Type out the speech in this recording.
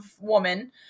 woman